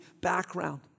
background